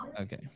Okay